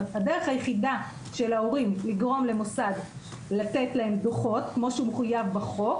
הדרך היחידה של ההורים לגרום למוסד לתת להם דוחות כמו שהוא מחויב בחוק,